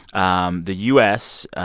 um the u s.